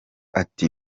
ati